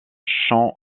jean